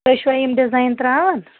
تُہۍ چھُوا یِم ڈِزاین ترٛاوان